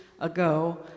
ago